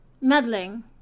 meddling